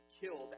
killed